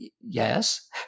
Yes